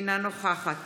אינה נוכחת